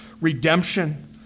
redemption